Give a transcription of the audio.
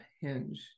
hinge